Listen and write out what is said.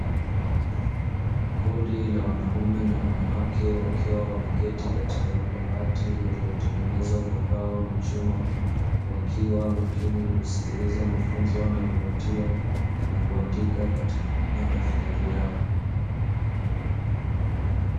Kundi la wanaume na wanawake wakiwa wameketi katika madawati yaliyotengenezwa kwa mbao na chuma, wakiwa makini kusikiliza mafunzo wanayopatiwa na kuandika katika madaftari yao.